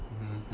mmhmm